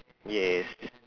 yes